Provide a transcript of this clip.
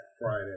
Friday